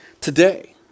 today